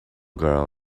girl